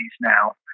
now